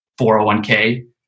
401k